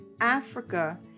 Africa